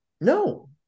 No